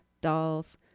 dolls